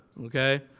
okay